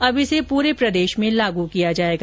अब इसे पूरे प्रदेश में लागू किया जाएगा